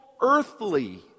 earthly